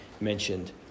mentioned